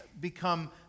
become